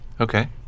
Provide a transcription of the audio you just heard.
Okay